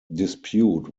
dispute